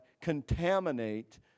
contaminate